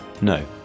No